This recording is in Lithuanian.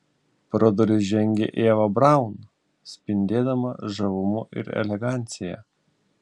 pro duris žengė ieva braun spindėdama žavumu ir elegancija